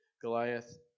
Goliath